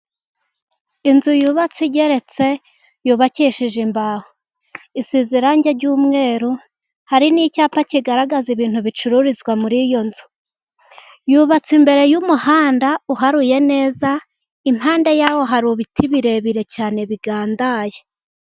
Inzu yubatse igeretse yubakishije imbaho, isize irangi ry'umweru, hari n'icyapa kigaragaza ibintu bicururizwa muri iyo nzu, yubatse imbere y'umuhanda uharuye neza, impande y'aho hari ibiti birebire cyane bigandaye.